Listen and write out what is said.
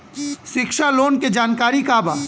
शिक्षा लोन के जानकारी का बा?